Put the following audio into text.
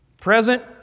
Present